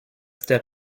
der